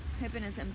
happiness